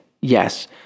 Yes